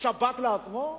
שבת לעצמו?